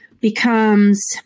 becomes